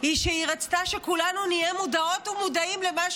היא רצתה שכולנו נהיה מודעות ומודעים למה